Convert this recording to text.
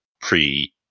pre